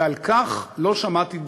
ועל כך לא שמעתי,